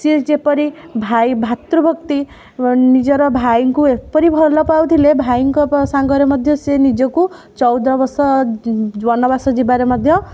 ସିଏ ଯେପରି ଭାଇ ଭାତୃ ଭକ୍ତି ନିଜର ଭାଇଙ୍କୁ ଏପରି ଭଲ ପାଉଥିଲେ ଭାଇଙ୍କ ସାଙ୍ଗରେ ମଧ୍ୟ ସେ ନିଜକୁ ଚଉଦ ବର୍ଷ ବନବାସ ଯିବାରେ ମଧ୍ୟ